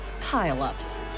pile-ups